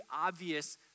obvious